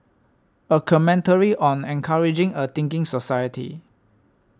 a commentary on encouraging a thinking society